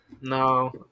No